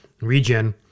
regen